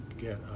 get